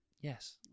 Yes